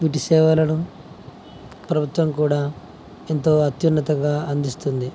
వీటి సేవలను ప్రభుత్వం కూడా ఎంతో అత్యున్నతంగా అందిస్తుంది